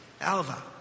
Alva